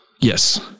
Yes